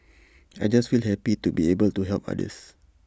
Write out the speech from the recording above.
I just feel happy to be able to help others